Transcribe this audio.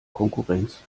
konkurrenz